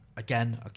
again